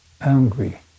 angry